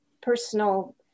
personal